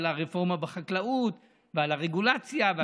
על הרפורמה בחקלאות ועל הרגולציה.